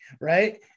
right